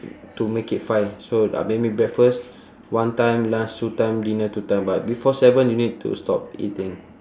to make it five so uh maybe breakfast one time lunch two time dinner two time but before seven you need to stop eating